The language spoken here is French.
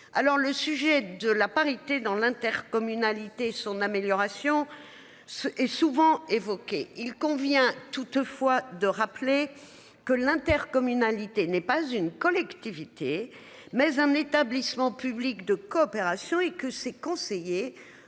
Alors le sujet de la parité dans l'intercommunalité son amélioration ce est souvent évoquée. Il convient toutefois de rappeler que l'intercommunalité n'est pas une collectivité mais un établissement public de coopération et que ses conseillers